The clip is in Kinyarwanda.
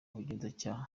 ubugenzacyaha